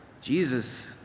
Jesus